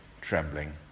trembling